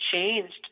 changed